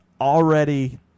already